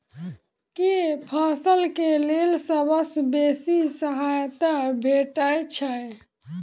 केँ फसल केँ लेल सबसँ बेसी सहायता भेटय छै?